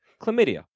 chlamydia